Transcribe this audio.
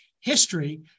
history